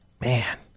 man